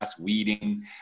weeding